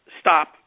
stop